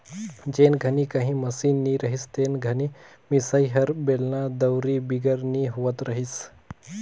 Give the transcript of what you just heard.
जेन घनी काही मसीन नी रहिस ते घनी मिसई हर बेलना, दउंरी बिगर नी होवत रहिस